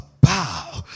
bow